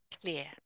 clear